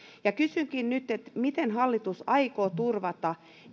kysynkin nyt miten hallitus aikoo turvata